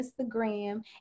Instagram